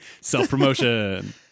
self-promotion